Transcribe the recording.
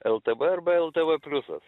ltv arba ltv pliusas